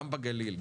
גם בגליל,